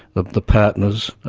the the partners,